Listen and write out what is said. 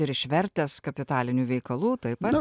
ir išvertęs kapitalinių veikalų taip pat